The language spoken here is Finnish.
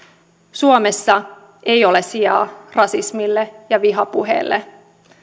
suomessa ei ole sijaa rasismille ja vihapuheelle